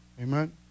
Amen